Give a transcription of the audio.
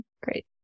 Great